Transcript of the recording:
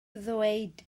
ddweud